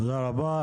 תודה רבה.